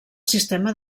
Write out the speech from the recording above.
sistema